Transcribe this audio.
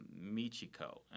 Michiko